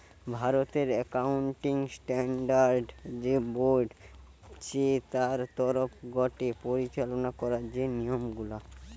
ভারতের accounting standard যে board চে তার তরফ গটে পরিচালনা করা যে নিয়ম গুলা